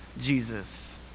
Jesus